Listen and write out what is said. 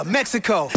Mexico